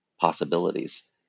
possibilities